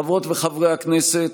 חברות וחברי הכנסת,